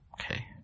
Okay